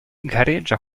gareggia